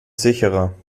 sicherer